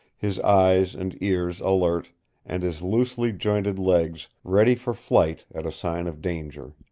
his eyes and ears alert and his loosely jointed legs ready for flight at a sign of danger.